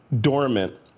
dormant